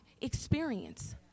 experience